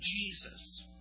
Jesus